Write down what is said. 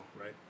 right